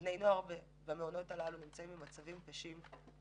בני נוער במעונות האלה נמצאים במצבים קשים.